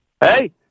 Hey